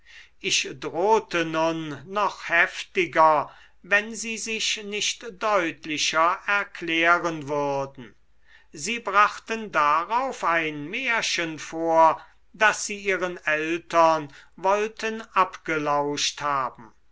ich drohte nun noch heftiger wenn sie sich nicht deutlicher erklären würden sie brachten darauf ein märchen vor das sie ihren eltern wollten abgelauscht haben